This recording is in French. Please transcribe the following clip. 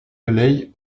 delaye